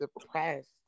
depressed